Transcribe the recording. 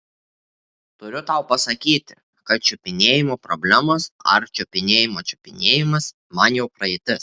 turiu tau pasakyti kad čiupinėjimo problemos ar čiupinėjimo čiupinėjimas man jau praeitis